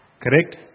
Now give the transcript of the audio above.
Correct